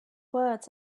words